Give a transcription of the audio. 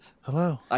Hello